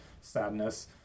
sadness